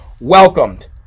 welcomed